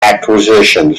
acquisition